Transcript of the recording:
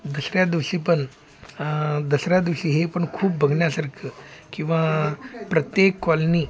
दसऱ्या दिवशी पण दसऱ्या दिवशी हे पण खूप बघण्यासारखं किंवा प्रत्येक कॉलनी